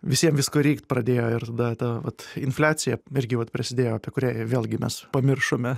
visiem visko reikt pradėjo ir tada ta vat infliacija irgi vat prasidėjo apie kurią vėlgi mes pamiršome